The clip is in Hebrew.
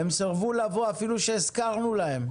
והם סירבו לבוא אפילו שהזכרנו להם.